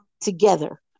together